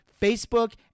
facebook